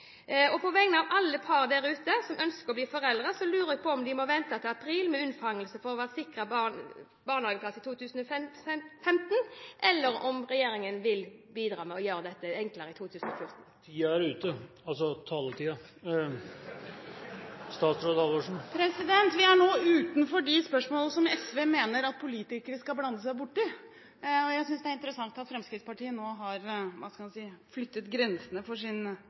å sikre seg barnehageplass i 2015, eller om regjeringen vil bidra med å gjøre dette enklere i 2014. Tiden er ute – taletiden altså. Vi er nå utenfor de spørsmålene som SV mener politikere skal blande seg borti. Jeg synes det er interessant at Fremskrittspartiet nå har – hva skal jeg si – flyttet grensene for sin